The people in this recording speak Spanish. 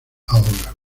ahora